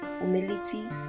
humility